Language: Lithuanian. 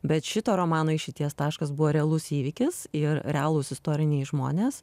bet šito romano išeities taškas buvo realus įvykis ir realūs istoriniai žmonės